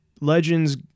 Legends